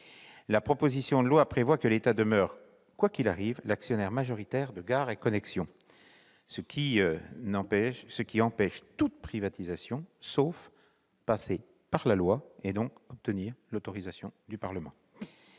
La proposition de loi prévoit que l'État demeure, quoi qu'il arrive, l'actionnaire majoritaire de Gares & Connexions, ce qui empêchera toute privatisation, sauf à passer par la loi, et donc à obtenir l'autorisation du Parlement.